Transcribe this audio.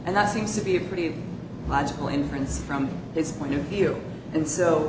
and that seems to be pretty logical inference from his point of view and so